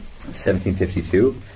1752